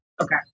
Okay